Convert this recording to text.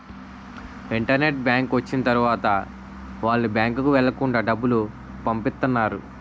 internet bank వచ్చిన తర్వాత వాళ్ళు బ్యాంకుకు వెళ్లకుండా డబ్బులు పంపిత్తన్నారు